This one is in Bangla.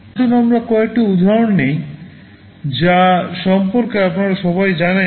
আসুন আমরা কয়েকটি উদাহরণ নিই যা সম্পর্কে আপনারা সবাই জানেন